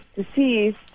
deceased